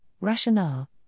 Rationale